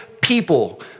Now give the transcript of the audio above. people